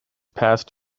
past